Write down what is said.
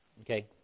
okay